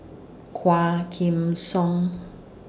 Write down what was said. Quah Kim Song